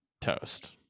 toast